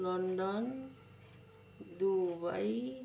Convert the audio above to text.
London Dubai